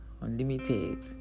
unlimited